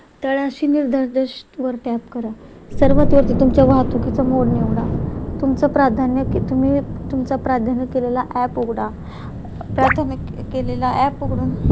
तळाशी निर्धादेशवर टॅप करा सर्वात वरती तुमच्या वाहतुकीचं मोड निवडा तुमचं प्राधान्य की तुम्ही तुमचा प्राधान्य केलेला ॲप उघडा प्राथमिक केलेला ॲप उघडून